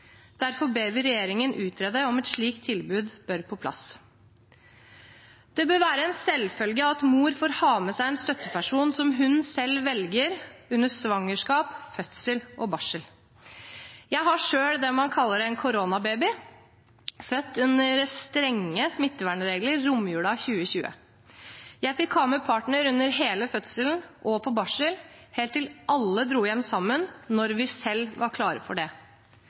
Derfor ber vi regjeringen utrede om et slikt tilbud bør på plass. Det bør være en selvfølge at mor får ha med seg en støtteperson som hun selv velger, under svangerskap, fødsel og barsel. Jeg har selv det man kaller en koronababy, født under strenge smittevernregler i romjulen 2020. Jeg fikk ha med partner under hele fødselen og på barselavdelingen, helt til alle dro hjem sammen når vi selv var klare for det.